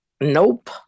nope